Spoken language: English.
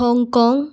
Hong Kong